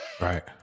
Right